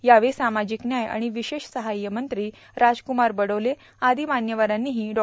यावेळी सामाजिक न्याय आर्गाण विशेष सहाय मंत्री राजक्मार बडोले आर्गा मान्यवरांनीही डॉ